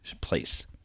Place